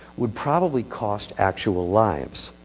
would probably cost actual lives.